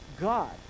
God